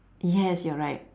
yes you're right